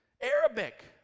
Arabic